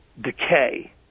decay